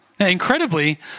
Incredibly